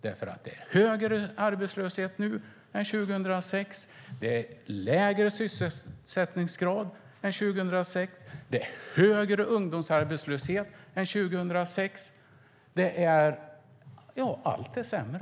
Det är ju högre arbetslöshet nu än 2006, det är lägre sysselsättningsgrad än 2006, det är högre ungdomsarbetslöshet än 2006 - ja, allt är sämre.